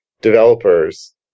developers